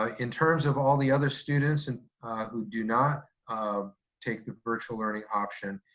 ah in terms of all the other students and who do not um take the virtual learning option,